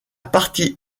partie